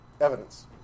evidence